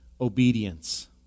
obedience